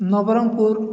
Nabarangpur